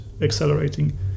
accelerating